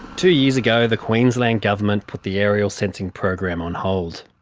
two years ago the queensland government put the aerial sensing program on hold.